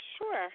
Sure